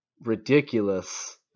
ridiculous